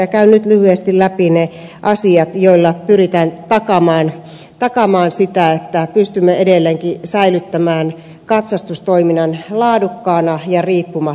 käyn nyt lyhyesti läpi ne asiat joilla pyritään takaamaan sitä että pystymme edelleenkin säilyttämään katsastustoiminnan laadukkaana ja riippumattomana toimintana